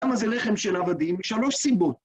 למה זה לחם של עבדים? שלוש סיבות.